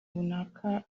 runaka